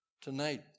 tonight